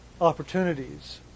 opportunities